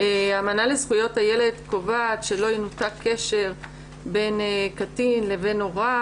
האמנה לזכויות הילד קובעת שלא ינותק קשר בין קטין לבין הוריו